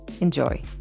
Enjoy